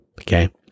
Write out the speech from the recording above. okay